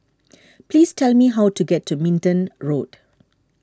please tell me how to get to Minden Road